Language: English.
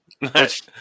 Nice